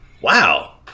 wow